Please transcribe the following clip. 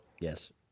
Yes